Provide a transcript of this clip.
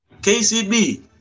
KCB